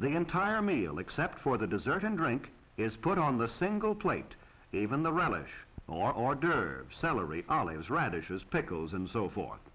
the entire meal except for the dessert and drink is put on the single plate even the relish or are dirt celery ollie's radishes pickles and so forth